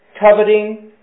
coveting